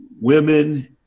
women